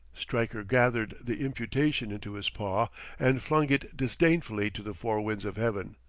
stryker gathered the imputation into his paw and flung it disdainfully to the four winds of heaven.